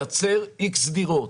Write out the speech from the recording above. לייצר איקס דירות.